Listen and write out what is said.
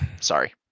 sorry